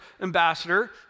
ambassador